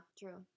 true